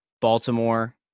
Baltimore